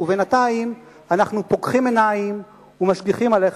ובינתיים אנחנו פוקחים עיניים ומשגיחים עליך,